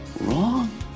wrong